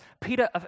Peter